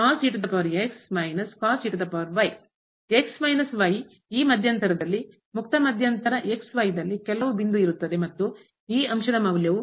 minus ಈ ಮಧ್ಯಂತರದಲ್ಲಿ ಮುಕ್ತ ಮಧ್ಯಂತರ ದಲ್ಲಿ ಕೆಲವು ಬಿಂದು ಇರುತ್ತದೆ ಮತ್ತು ಈ ಅಂಶದ ಮೌಲ್ಯವು